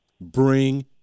Bring